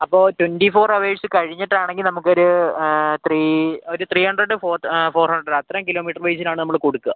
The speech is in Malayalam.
അപ്പം ട്വൻറ്റി ഫോർ ഹവേഴ്സ് കഴിഞ്ഞിട്ടാണെങ്കിൽ നമുക്ക് ഒര് ത്രീ ഒര് three hundred four four hundred അത്രയും കിലോമീറ്റർ ഉപയോഗിച്ചിട്ടാണ് നമ്മള് കൊടുക്കുക